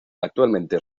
actualmente